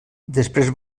després